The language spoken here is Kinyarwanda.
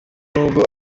n’ubwo